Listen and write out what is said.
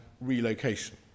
relocation